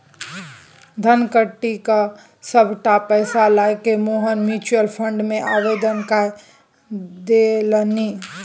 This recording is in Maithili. धनकट्टी क सभटा पैसा लकए मोहन म्यूचुअल फंड मे आवेदन कए देलनि